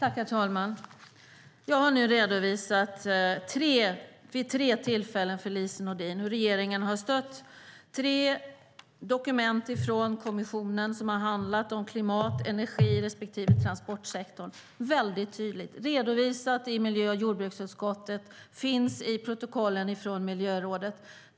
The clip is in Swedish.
Herr talman! Jag har nu vid tre tillfällen redovisat för Lise Nordin hur regeringen har stött tre dokument från kommissionen som har handlat om klimat och energi respektive transportsektorn. Jag har redovisat det mycket tydligt i miljö och jordbruksutskottet. Det finns i protokollen från miljörådet.